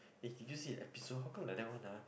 eh did you see the episode how come like that one ah